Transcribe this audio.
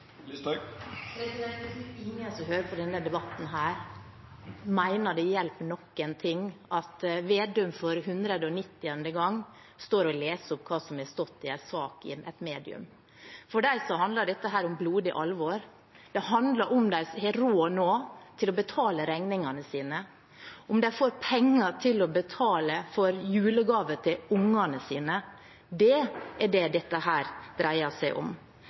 Jeg tror ikke noen som hører på denne debatten, mener at det hjelper noen ting at Slagsvold Vedum for hundreognittiende gang står og leser opp hva som har stått i en sak i et medium. For dem handler dette om blodig alvor. Det handler om de nå har råd til å betale regningene sine, om de får penger til å betale for julegaver til ungene sine. Det er det dette dreier seg om.